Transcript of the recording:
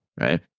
right